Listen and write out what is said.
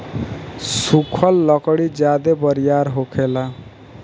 सुखल लकड़ी ज्यादे बरियार होखेला